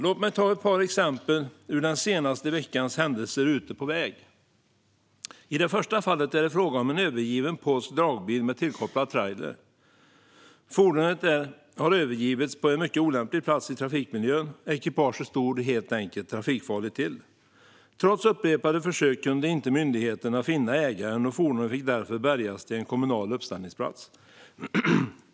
Låt mig ta ett par exempel ur den senaste veckans händelser ute på väg. I det första fallet är det fråga om en övergiven polsk dragbil med tillkopplad trailer. Fordonet har övergivits på en mycket olämplig plats i trafikmiljön. Ekipaget stod helt enkelt trafikfarligt till. Trots upprepade försök kunde myndigheterna inte finna ägaren, och fordonet fick därför bärgas till en kommunal uppställningsplats.